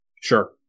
Sure